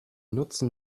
nutzen